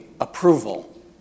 approval